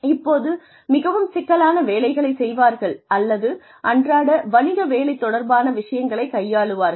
இப்போது மிகவும் சிக்கலான வேலைகளைச் செய்வார்கள் அல்லது அன்றாட வணிக வேலை தொடர்பான விஷயங்களை கையாளுவார்கள்